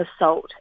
assault